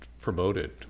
promoted